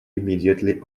immediately